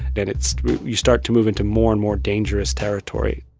then it's you start to move into more and more dangerous territory